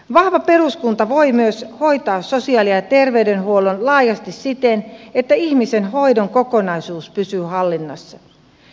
vahva peruskunta voi myös hoitaa sosiaali ja terveydenhuollon laajasti siten että ihmisen hoidon kokonaisuus pysyy hallinnassa